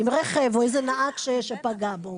אם רכב או איזה נהג שפגע בו.